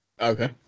Okay